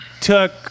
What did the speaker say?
took